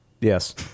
Yes